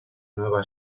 nueva